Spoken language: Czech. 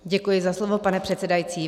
Děkuji za slovo, pane předsedající.